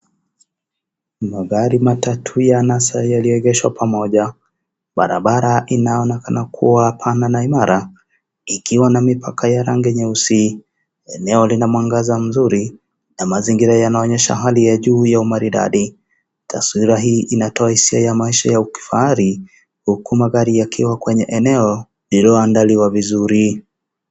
Magari matatu ya anasa yaliyoegeshwa pamoja. Barabara inaonekana kuwa pana na imara, ikiwa na mipaka ya rangi nyeusi. Eneo lina mwangaza mzuri na mazingira yanaonyesha hali ya juu ya umaridadi. Taswira hii inatoa hisia ya maisha ya kifahari, huku magari yakiwa kwenye eneo lililoandaliwa vizuri.